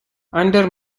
under